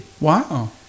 wow